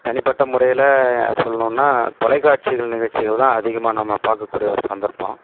தனிப்பட்ட முறையில் சொல்லணுனா தொலைக்காட்சிகள் நிகழ்ச்சிகள் தான் அதிகமாக நம்ப பார்க்கக்கூடிய ஒரு சந்தர்ப்பம்